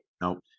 Nope